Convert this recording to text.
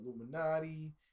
Illuminati